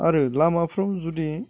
आरो लामाफोराव जुदि